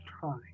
try